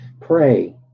Pray